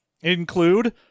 include